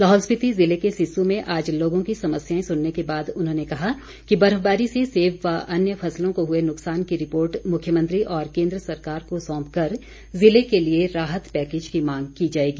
लाहौल स्पिति जिले के सिस्सु में आज लोगों की समस्याएं सुनने के बाद उन्होंने कहा कि बर्फबारी से सेब व अन्य फसलों को हुए नुकसान की रिपोर्ट मुख्यमंत्री और केन्द्र सरकार को सौंप कर जिले के लिए राहत पैकेज की मांग की जाएगी